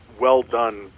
well-done